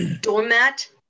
doormat